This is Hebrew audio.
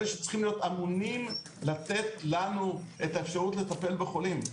אלה שצריכים להיות אמונים לתת לנו את האפשרות לטפל בחולים.